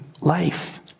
life